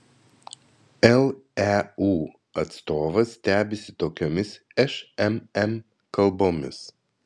leu atstovas stebisi tokiomis šmm kalbomis